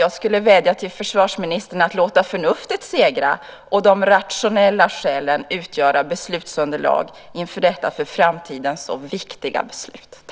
Jag vill vädja till försvarsministern att låta förnuftet segra och de rationella skälen utgöra beslutsunderlag inför detta för framtiden så viktiga beslut.